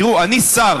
תראו, אני שר.